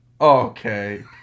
Okay